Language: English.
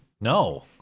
no